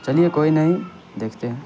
چلیے کوئی نہیں دیکھتے ہیں